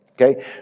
okay